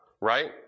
right